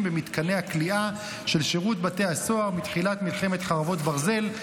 במתקני הכליאה של שירות בתי הסוהר בתחילת מלחמת חרבות ברזל,